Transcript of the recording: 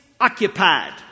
occupied